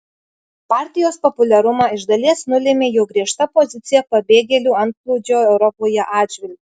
partijos populiarumą iš dalies nulėmė jo griežta pozicija pabėgėlių antplūdžio europoje atžvilgiu